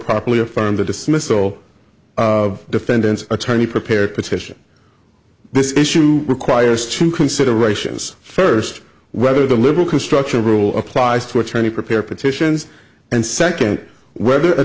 properly affirmed the dismissal of defendant's attorney prepared petition this issue requires two considerations first whether the liberal construction rule applies to attorney prepare petitions and second whether a